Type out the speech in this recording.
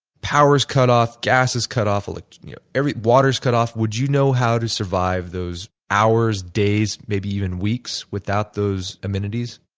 power is cut off, gas is cut off like yeah and water is cut off, would you know how to survive those hours, days maybe even weeks without those amenities?